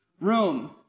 room